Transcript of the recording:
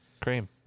Cream